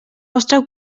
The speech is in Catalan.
vostra